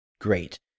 great